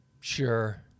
Sure